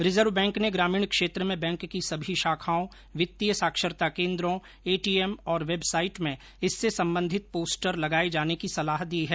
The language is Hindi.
रिजर्व बैंक ने ग्रामीण क्षेत्र में बैंक की सभी शाखाओं वित्तीय साक्षरता केन्द्रों एटीएम और वेबसाइट में इससे संबंधित पोस्टर लगाए जाने की सलाह दी है